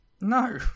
No